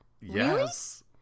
Yes